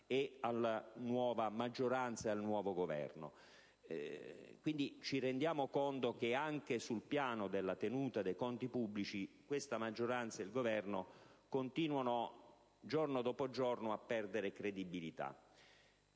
alla nuova maggioranza e al nuovo Governo. Quindi, ci rendiamo conto che anche sul piano della tenuta dei conti pubblici la maggioranza e il Governo continuano giorno dopo giorno a perdere credibilità.